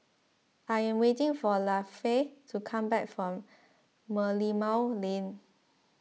I am waiting for Lafe to come back from Merlimau Lane